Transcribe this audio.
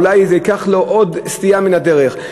אולי זה יצריך עוד סטייה מהדרך.